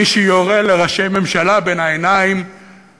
מי שיורה לראשי ממשלה בין העיניים,